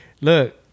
Look